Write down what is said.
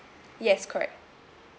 yes correct